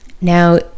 Now